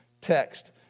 text